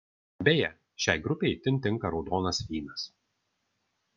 beje šiai grupei itin tinka raudonas vynas